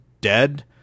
dead